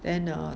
then err